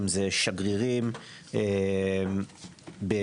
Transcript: אם זה שגרירים בהתכתבויות,